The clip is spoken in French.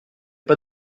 pas